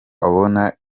abona